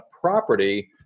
property